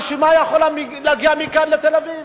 הרשימה יכולה להגיע מכאן עד תל-אביב,